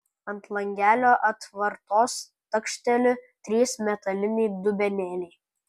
ant langelio atvartos takšteli trys metaliniai dubenėliai